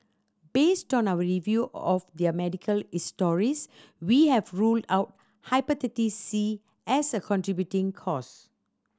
based on our review of their medical histories we have ruled out Hepatitis C as a contributing cause